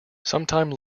sometime